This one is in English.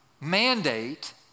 mandate